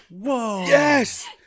Yes